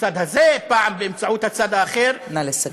הצד הזה, פעם באמצעות הצד האחר, נא לסכם.